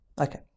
Okay